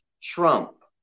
trump